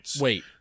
Wait